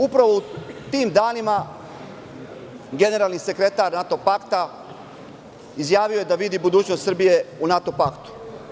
Upravo u tim danima generalni sekretar NATO pakta izjavio je da vidi budućnost Srbije u NATO paktu.